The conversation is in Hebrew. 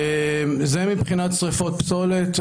זה מבחינת שריפות פסולת.